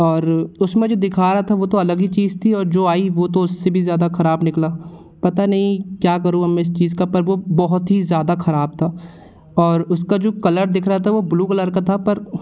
और उसमें जो दिखा रहा था वो तो अलग ही चीज़ थी और जो आई वो तो उससे भी ज़्यादा खराब निकला पता नहीं क्या करूँ अब मैं इस चीज़ का पर वो बहुत ही ज़्यादा खराब था और उसका जो कलर दिख रहा था वो ब्लू कलर का था पर